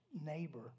neighbor